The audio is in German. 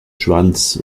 schwanz